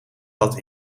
dat